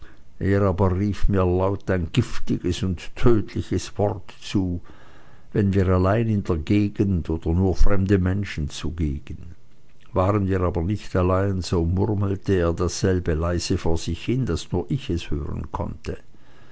er aber rief mir laut ein giftiges und tödliches wort zu wenn wir allein in der gegend oder nur fremde menschen zugegen waren wir aber nicht allein so murmelte er dasselbe leise vor sich hin daß nur ich es hören konnte